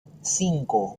cinco